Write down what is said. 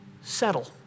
Settle